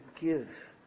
give